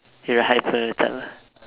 you're a hyper type ah